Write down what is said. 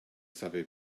savez